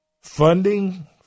funding